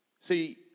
See